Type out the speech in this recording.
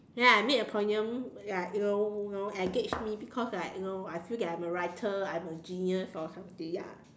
then I made a poem ya it will you you know engage me because I know I feel like I'm a writer I'm a genius or something ya